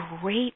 great